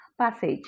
passage